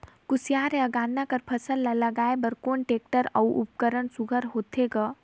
कोशियार या गन्ना कर फसल ल लगाय बर कोन टेक्टर अउ उपकरण सुघ्घर होथे ग?